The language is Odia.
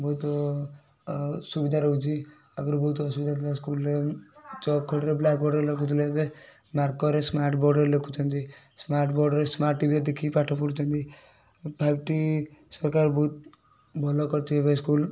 ବହୁତ ସୁବିଧା ରହୁଛି ଆଗରୁ ବହୁତ ଅସୁବିଧା ଥିଲା ସ୍କୁଲ୍ରେ ଚକ୍ ଖଡ଼ିରେ ବ୍ଲାକ୍ ବୋର୍ଡ଼ରେ ଲେଖୁଥିଲେ ଏବେ ମାର୍କର୍ରେ ସ୍ମାର୍ଟ ବୋର୍ଡ଼ରେ ଲେଖୁଛନ୍ତି ସ୍ମାର୍ଟ ବୋର୍ଡ଼ରେ ସ୍ମାର୍ଟ ଟିଭିରେ ଦେଖିକି ପାଠ ପଢ଼ୁଛନ୍ତି ଫାଇଭ୍ ଟି ସରକାର ବହୁତ ଭଲ ଏବେ ସ୍କୁଲ୍